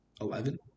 Eleven